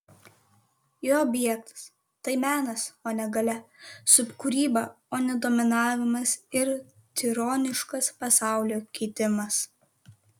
jo objektas tai menas o ne galia subkūryba o ne dominavimas ir tironiškas pasaulio keitimas